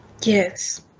Yes